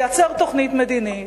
לייצר תוכנית מדינית